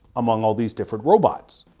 among all these different robots.